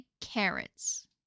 carrots